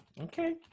Okay